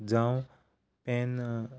जावं पेन